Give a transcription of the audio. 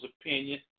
opinion